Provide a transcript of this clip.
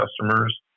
customers